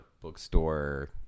bookstore